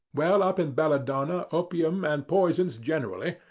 well up in belladonna, opium, and poisons generally.